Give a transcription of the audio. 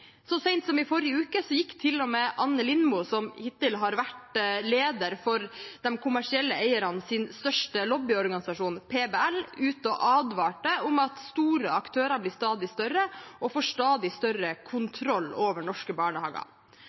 Så sent som i forrige uke gikk til og med Anne Lindboe, som hittil har vært leder for de kommersielle eiernes største lobbyorganisasjon, PBL, ut og advarte om at store aktører blir stadig større og får stadig større kontroll over norske barnehager.